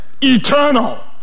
eternal